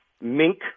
Mink